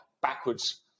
backwards